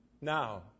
Now